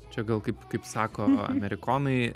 čia gal kaip kaip sako amerikonai